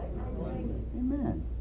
Amen